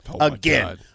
Again